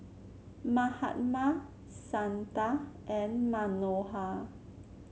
Mahatma Santha and Manohar